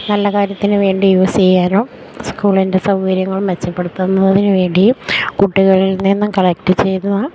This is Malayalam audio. നല്ല കാര്യത്തിനുവേണ്ടി യൂസെയ്യാനും സ്കൂളിൻ്റെ സൗകര്യങ്ങൾ മെച്ചപ്പെടുത്തുന്നതിനുവേണ്ടിയും കുട്ടികളിൽ നിന്നും കളക്ട് ചെയ്ത